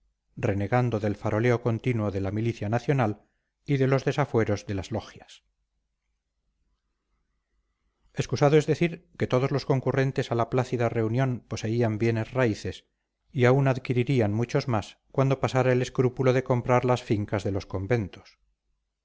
renegando del faroleo continuo de la milicia nacional y de los desafueros de las logias excusado es decir que todos los concurrentes a la plácida reunión poseían bienes raíces y aun adquirirían muchos más cuando pasara el escrúpulo de comprar las fincas de los conventos